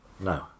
No